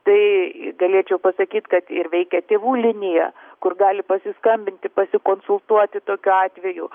tai galėčiau pasakyt kad ir veikia tėvų linija kur gali pasiskambinti pasikonsultuoti tokiu atveju